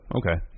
okay